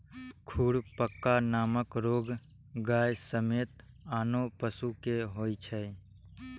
खुरपका नामक रोग गाय समेत आनो पशु कें होइ छै